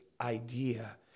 idea